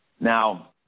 Now